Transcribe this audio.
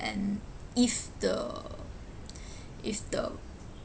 and if the if the